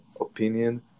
opinion